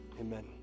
amen